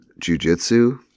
jujitsu